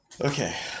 Okay